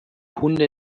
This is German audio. hunde